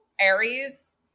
Aries